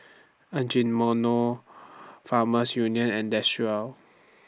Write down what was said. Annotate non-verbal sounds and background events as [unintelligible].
[unintelligible] Farmers Union and Desigual